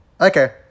Okay